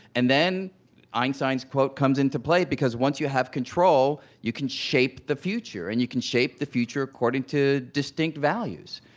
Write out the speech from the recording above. and then einstein's quote comes into play, because once you have control, you can shape the future, and you can shape the future according to distinct values.